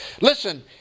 Listen